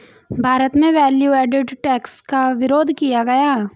भारत में value added tax का विरोध किया गया